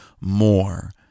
more